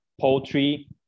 poultry